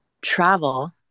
travel